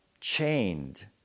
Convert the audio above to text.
chained